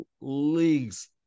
leagues